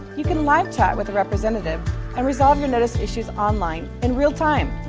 you can live chat with a representative and resolve your notice issues online, in real time!